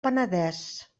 penedès